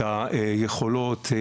את היכולות.